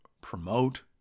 promote